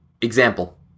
example